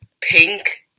pink